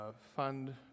fund